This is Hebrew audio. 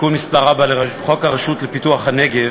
תיקון מס' 4 לחוק הרשות לפיתוח הנגב,